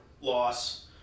loss